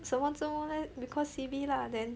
什么做什么 leh cause C_B lah then